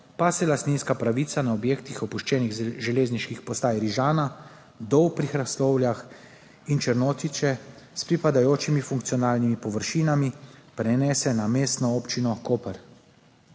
pa se lastninska pravica na objektih opuščenih železniških postaj Rižana, Dol pri Hrastovljah in Črnotiče s pripadajočimi funkcionalnimi površinami prenese na Mestno občino Koper.